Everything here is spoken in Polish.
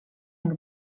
jak